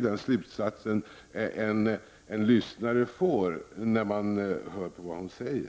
Den slutsatsen måste den som lyssnar dra när man hör på vad Maj-Lis Lööw